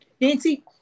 Nancy